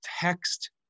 text